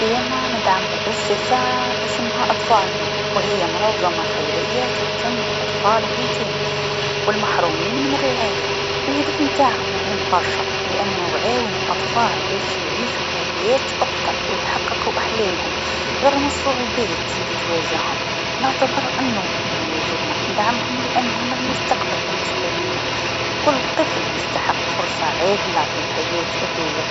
أنا ندعم مؤسسه إسمها أطفالنا و هي منظمه خيريه تهتم بالأطفال الأيتام و المحرومين من الرعاية، الهدف نتاعهم مهم برشا لأنو يعاون الأطفال باش يعيشو حياة أفضل و يحققو أحلامهم رغم الصعوبات لتواجهم، نعتبر أنو من واجبنا ندعمهم لأنهم المستقبل بالنسبه لينا و كل طفل يستحق فرصع عادله في الحياة هاذيا.